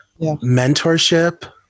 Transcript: mentorship